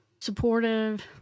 supportive